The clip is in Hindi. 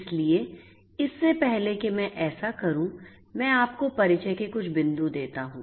इसलिए इससे पहले कि मैं ऐसा करूँ मैं आपको परिचय के कुछ बिंदु देता हूँ